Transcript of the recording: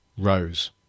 rose